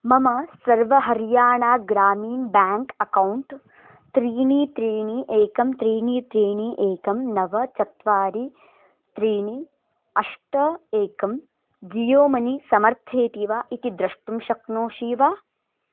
मम सर्व Haryana Gramin bank account त्रीणि त्रीणि एकं त्रीणि त्रीणि एकं नव चत्वारि त्रीणि अष्ट एकं जीयो मनी समर्थयति वा इति द्रष्टुं शक्नोषि वा